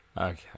Okay